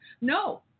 No